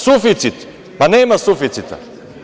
Suficit, pa nema suficita.